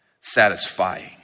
satisfying